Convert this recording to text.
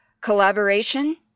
Collaboration